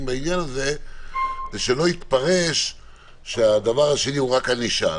בעניין הזה הוא שלא יתפרש שהדבר השני הוא רק ענישה,